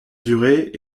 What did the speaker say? durée